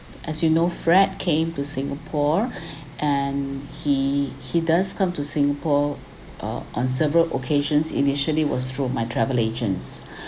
as you know fred came to singapore and he he does come to singapore uh on several occasions initially was through my travel agents